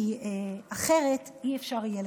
כי אחרת לא יהיה אפשר לתקן.